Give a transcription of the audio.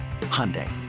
Hyundai